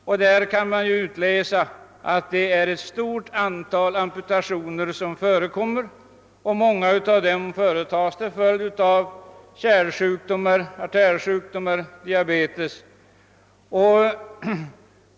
Man kan därav utläsa att det förekommer ett stort antal amputationer, vilka många företas till följd av kärlsjukdomar, artärsjukdomar och diabetes.